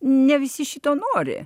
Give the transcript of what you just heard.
ne visi šito nori